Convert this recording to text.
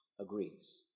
agrees